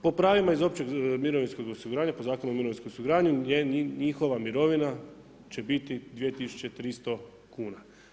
Po pravima iz općeg mirovinskog osiguranja, po Zakonu o mirovinskom osiguranju njihova mirovina će biti 2300 kuna.